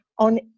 on